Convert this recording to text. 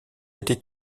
été